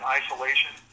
isolation